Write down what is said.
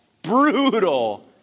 brutal